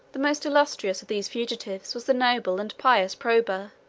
the most illustrious of these fugitives was the noble and pious proba,